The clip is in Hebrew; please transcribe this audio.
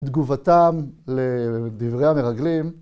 תגובתם לדברי המרגלים.